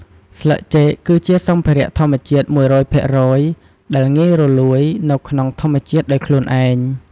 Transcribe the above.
ស្លឹកចេកគឺជាសម្ភារៈធម្មជាតិ ១០០ភាគរយដែលងាយរលួយ នៅក្នុងធម្មជាតិដោយខ្លួនឯង។